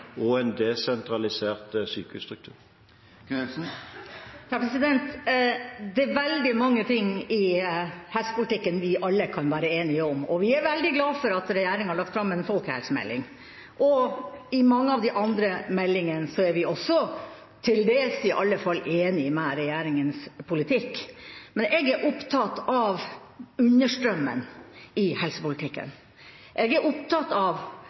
og en desentralisert sykehusstruktur. Det er veldig mange ting i helsepolitikken vi alle kan være enige om. Vi er veldig glad for at regjeringa har lagt fram en folkehelsemelding. I mange av de andre meldingene er vi også, til dels i alle fall, enige i regjeringas politikk. Men jeg er opptatt av understrømmen i helsepolitikken. Jeg er opptatt av